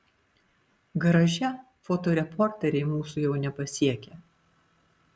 garaže fotoreporteriai mūsų jau nepasiekia